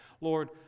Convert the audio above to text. Lord